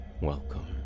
welcome